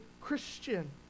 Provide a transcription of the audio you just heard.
christian